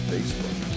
Facebook